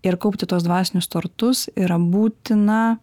ir kaupti tuos dvasinius turtus yra būtina